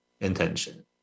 intention